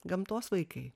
gamtos vaikai